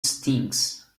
stinks